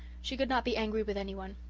she could not be angry with anyone.